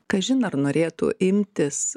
kažin ar norėtų imtis